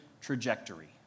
trajectory